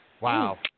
Wow